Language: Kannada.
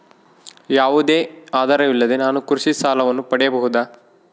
ಯಾವುದೇ ಆಧಾರವಿಲ್ಲದೆ ನಾನು ಕೃಷಿ ಸಾಲವನ್ನು ಪಡೆಯಬಹುದಾ?